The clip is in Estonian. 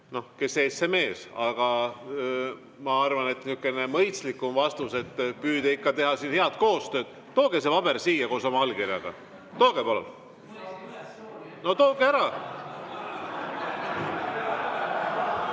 et kes ees, see mees. Aga ma arvan, et niisugune mõistlikum vastus, et püüda ikka teha siin head koostööd – tooge see paber siia koos oma allkirjaga. Tooge palun! No tooge ära.